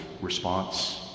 response